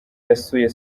yasuye